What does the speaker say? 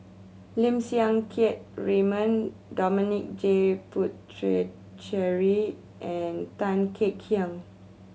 Lim Siang Keat Raymond Dominic J Puthucheary and Tan Kek Hiang